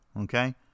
okay